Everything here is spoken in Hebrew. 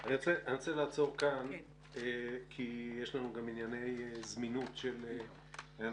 אני רוצה לעצור כאן כי יש לנו גם ענייני זמינות של אנשים,